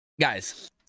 guys